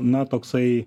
na toksai